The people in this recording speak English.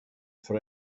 for